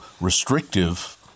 restrictive